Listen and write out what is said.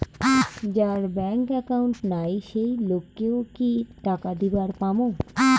যার bank account নাই সেই লোক কে ও কি টাকা দিবার পামু?